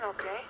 okay